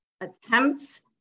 attempts